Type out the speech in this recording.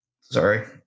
sorry